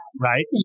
right